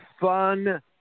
fun